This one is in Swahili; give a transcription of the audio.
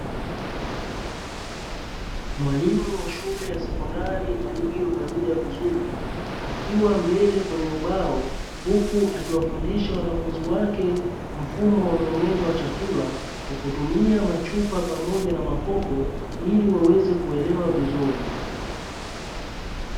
Mwalimu Wa shule ya sekondari aliyovalia vizuri, akiwa mbele kwenye ubao, huku akiwafundisha wanafunzi wake mfumo wa mmeng'enyo wa chakula kwa kutumia machupa pamoja na makopo ili waweze kuelewa vizuri.